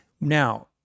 Now